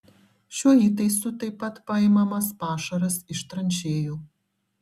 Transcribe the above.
šiuo įtaisu taip pat paimamas pašaras iš tranšėjų